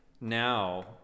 now